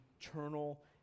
eternal